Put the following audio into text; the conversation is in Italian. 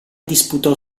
disputò